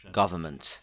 government